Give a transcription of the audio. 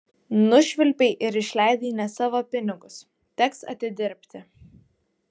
nušvilpei ir išleidai ne savo pinigus teks atidirbti